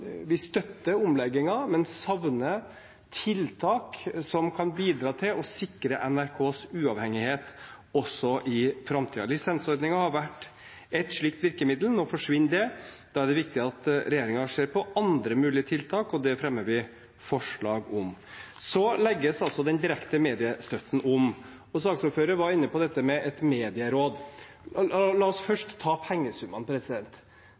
Vi støtter omleggingen, men savner tiltak som kan bidra til å sikre NRKs uavhengighet også i framtiden. Lisensordningen har vært et slikt virkemiddel. Nå forsvinner det. Da er det viktig at regjeringen ser på andre mulige tiltak, og det fremmer vi forslag om. Den direkte mediestøtten legges om. Saksordføreren var inne på dette med et medieråd. La oss først ta pengesummene.